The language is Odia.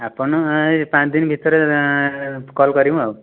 ଆପଣ ଏଇ ପାଞ୍ଚ ଦିନ ଭିତରେ କଲ୍ କରିବୁ